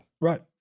Right